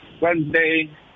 Wednesday